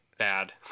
Bad